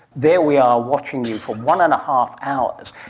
there we are, watching you for one and a half hours.